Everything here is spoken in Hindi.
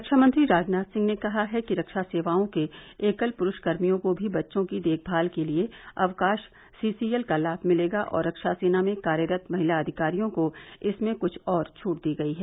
रक्षामंत्री राजनाथ सिंह ने कहा है कि रक्षा सेवाओं के एकल प्रूरष कर्मियों को भी बच्चों की देखभाल के लिए अवकाश सीसीएल का लाम मिलेगा और रक्षा सेना में कार्यरत महिला अधिकारियों को इसमें कुछ और छूट दी गई हैं